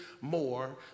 more